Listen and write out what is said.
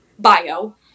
Bio